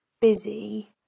busy